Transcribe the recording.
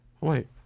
Wait